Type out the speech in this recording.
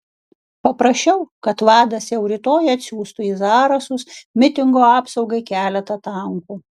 paprašiau kad vadas jau rytoj atsiųstų į zarasus mitingo apsaugai keletą tankų